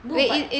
no but